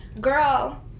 Girl